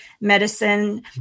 medicine